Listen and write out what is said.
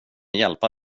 hjälpa